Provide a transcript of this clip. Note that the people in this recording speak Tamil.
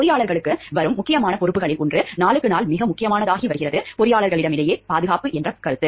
பொறியாளர்களுக்கு வரும் முக்கியமான பொறுப்புகளில் ஒன்று நாளுக்கு நாள் மிக முக்கியமானதாகி வருகிறது பொறியாளர்களிடையே பாதுகாப்பு என்ற கருத்து